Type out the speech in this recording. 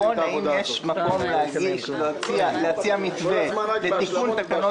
אם יש מקום להציע מתווה לתיקון תקנות